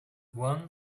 one